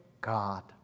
God